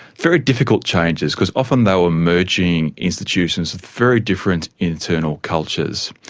very difficult changes, because often they were merging institutions with very different internal cultures.